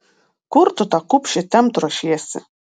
kur tu tą kupšę tempt ruošiesi